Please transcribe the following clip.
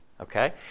okay